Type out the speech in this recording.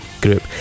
group